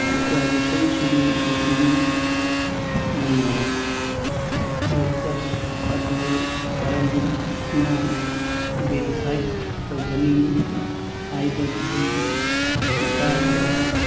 ꯔꯤꯖꯥꯔꯕꯦꯁꯟꯁꯤꯡ booking status ꯑꯗꯨ ꯀꯔꯝꯅ verify ꯇꯧꯒꯅꯤ ꯍꯥꯏꯕꯗꯨꯒꯤ ꯃꯇꯥꯡꯗ